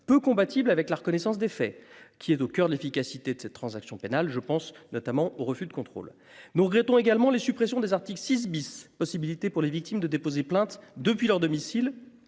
peu compatible avec la reconnaissance des faits qui est au coeur de l'efficacité de cette transaction pénale, je pense notamment au refus de contrôle nous regrettons également les suppressions des articles 6 bis, possibilité pour les victimes de déposer plainte depuis leur domicile